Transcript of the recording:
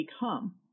become